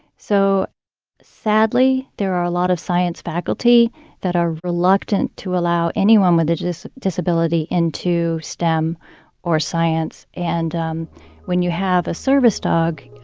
so sadly, there are a lot of science faculty that are reluctant to allow anyone with a disability into stem or science. and um when you have a service dog,